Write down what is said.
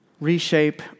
reshape